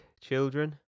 Children